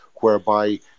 whereby